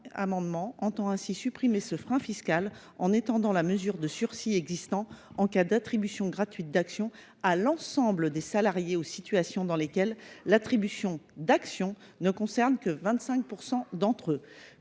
amendement entend ainsi supprimer ce frein fiscal, en étendant la mesure de sursis existant en cas d’attribution gratuite d’actions à l’ensemble des salariés aux situations dans lesquelles l’attribution d’actions ne concerne que 25 % d’entre eux.